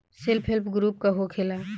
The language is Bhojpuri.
सेल्फ हेल्प ग्रुप का होखेला?